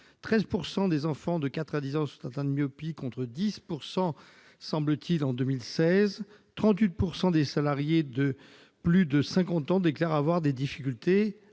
13 % des enfants de 4 ans à 10 ans sont atteints de myopie, contre 10 %, semble-t-il, en 2016. Enfin, 38 % des salariés de plus de 50 ans déclarent avoir des difficultés